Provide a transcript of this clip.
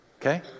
Okay